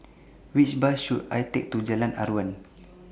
Which Bus should I Take to Jalan Aruan